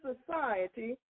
society